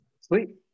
Sweet